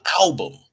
album